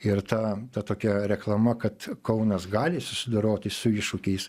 ir ta ta tokia reklama kad kaunas gali susidoroti su iššūkiais